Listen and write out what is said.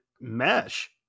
mesh